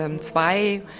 zwei